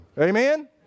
Amen